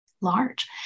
large